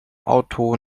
auto